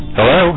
Hello